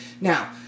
Now